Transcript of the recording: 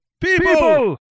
people